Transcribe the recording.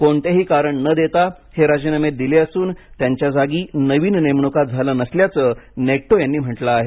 कोणतेही कारण न देता हे राजीनामे दिले असून त्यांच्या जागी नवीन नेमणुका झाल्या नसल्याचं नेटटो यांनी म्हटलं आहे